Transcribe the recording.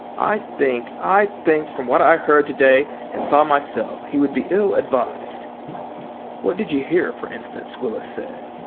i think i think from what i heard to-day and saw myself he would be ill-advised what did you hear, for instance? willis said.